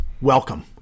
welcome